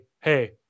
hey